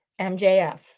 MJF